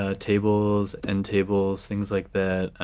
ah tables, end tables, things like that.